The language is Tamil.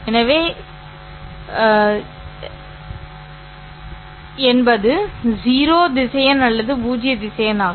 எனவே ths என்பது 0 திசையன் அல்லது பூஜ்ய திசையன் ஆகும்